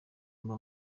mbuga